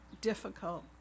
difficult